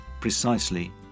precisely